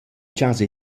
chasa